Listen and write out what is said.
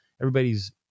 everybody's